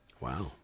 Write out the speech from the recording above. wow